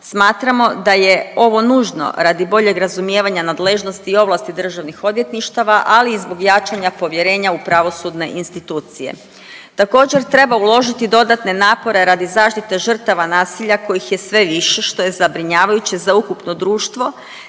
Smatramo da je ovo nužno radi boljeg razumijevanja nadležnosti i ovlasti državnih odvjetništava, ali i zbog jačanja povjerenja u pravosudne institucije. Također treba uložiti dodatne napore radi zaštite žrtava nasilja kojih je sve više što je zabrinjavajuće za ukupno društvo,